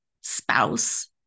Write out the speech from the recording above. spouse